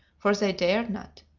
for they dared not.